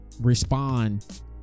respond